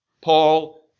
Paul